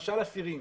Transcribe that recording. למשל אסירים.